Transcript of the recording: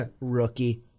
Rookie